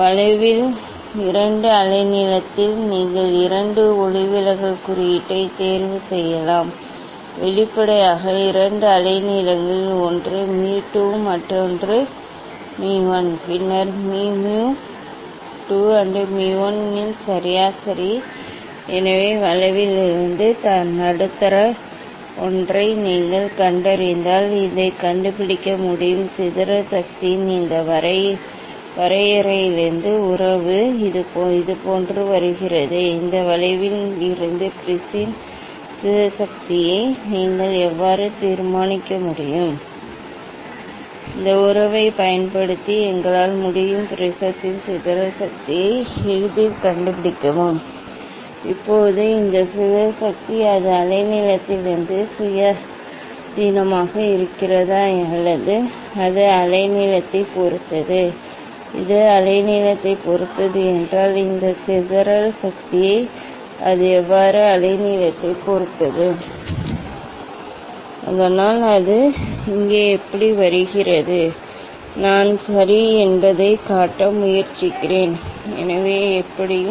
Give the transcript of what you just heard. வளைவில் இரண்டு அலைநீளத்தில் நீங்கள் இரண்டு ஒளிவிலகல் குறியீட்டை தேர்வு செய்யலாம் வெளிப்படையாக இரண்டு அலைநீளங்களில் ஒன்று mu 2 மற்றொன்று mu 1 பின்னர் mu mu 2 மற்றும் mu 1 இன் சராசரி எனவே வளைவிலிருந்து நடுத்தர ஒன்றை நீங்கள் கண்டறிந்தால் இதைக் கண்டுபிடிக்க முடியும் சிதறல் சக்தியின் இந்த வரையறையிலிருந்து உறவு இதுபோன்று வருகிறது இந்த வளைவில் இருந்து ப்ரிஸின் சிதறல் சக்தியை நீங்கள் எவ்வாறு தீர்மானிக்க முடியும் இந்த உறவைப் பயன்படுத்தி எங்களால் முடியும் ப்ரிஸத்தின் சிதறல் சக்தியை எளிதில் கண்டுபிடிக்கவும் இப்போது இந்த சிதறல் சக்தி அது அலைநீளத்திலிருந்து சுயாதீனமாக இருக்கிறதா அல்லது அது அலைநீளத்தைப் பொறுத்தது இது அலைநீளத்தைப் பொறுத்தது என்றால் இந்த சிதறல் சக்தியை அது எவ்வாறு அலைநீளத்தைப் பொறுத்தது அதனால் அது இங்கே எப்படி வருகிறது நான் சரி என்பதைக் காட்ட முயற்சிக்கிறேன் எனவே எப்படியும்